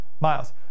miles